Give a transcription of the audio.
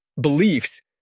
beliefs